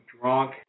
drunk